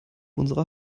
unserer